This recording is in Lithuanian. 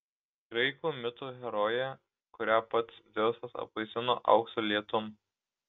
graikų mito herojė kurią pats dzeusas apvaisino aukso lietum